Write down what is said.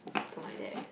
to my dad